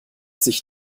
sich